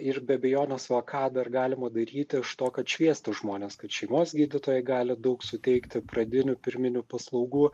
ir be abejonės va ką dar galima daryti iš to kad šviestų žmones kad šeimos gydytojai gali daug suteikti pradinių pirminių paslaugų